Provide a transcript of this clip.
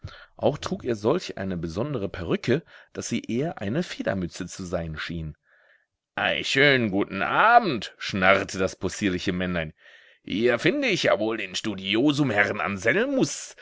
auch trug er solch eine besondere perücke daß sie eher eine federmütze zu sein schien ei schönen guten abend schnarrte das possierliche männlein hier finde ich ja wohl den studiosum herrn